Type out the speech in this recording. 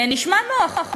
נשמע נוח, מודה.